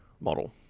model